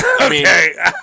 Okay